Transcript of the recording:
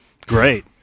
Great